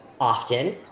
often